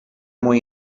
muy